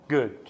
Good